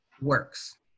works